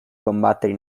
combattere